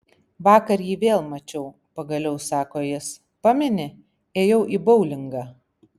vakar jį vėl mačiau pagaliau sako jis pameni ėjau į boulingą